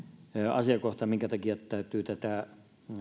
asiakohta minkä takia täytyy tätä